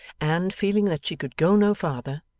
and, feeling that she could go no farther,